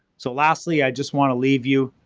so lastly, i just want to leave you